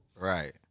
Right